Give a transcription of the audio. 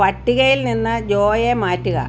പട്ടികയിൽ നിന്ന് ജോയെ മാറ്റുക